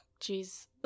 jeez